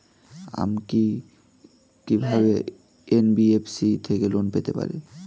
আমি কি কিভাবে এন.বি.এফ.সি থেকে লোন পেতে পারি?